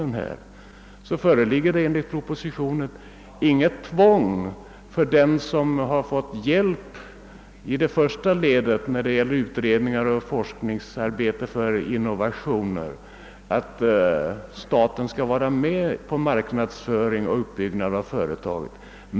Enligt propositionen skall det inte föreligga något tvång för den som får hjälp i första ledet, alltså när det gäller utredningar och forskningsarbete för en innovation, att acceptera att staten skall vara med på marknadsföringen och uppbyggandet av företaget.